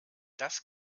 das